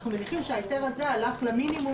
אנחנו מניחים שההיתר הזה הלך למינימום